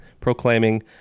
proclaiming